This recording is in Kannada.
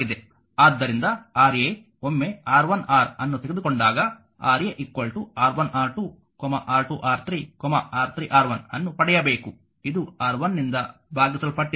ಆದ್ದರಿಂದ Ra ಒಮ್ಮೆ R1 R ಅನ್ನು ತೆಗೆದುಕೊಂಡಾಗ Ra R1R2 R2R3 R3R1 ಅನ್ನು ಪಡೆಯಬೇಕು ಇದು R1 ನಿಂದ ಭಾಗಿಸಲ್ಪಟ್ಟಿದೆ